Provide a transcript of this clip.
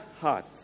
heart